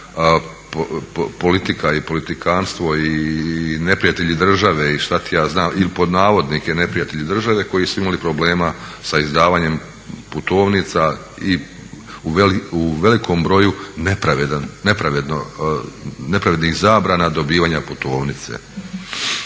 politika i politikanstvo i neprijatelji države i šta ti ja znam ili pod navodnike neprijatelji države koji su imali problema sa izdavanjem putovnica i u velikom broju nepravednih zabrana dobivanja putovnice.